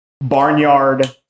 barnyard